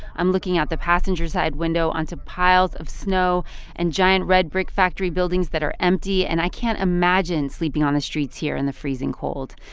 i'm looking out the passenger side window onto piles of snow and giant redbrick factory buildings that are empty. and i can't imagine sleeping on the streets here in the freezing cold.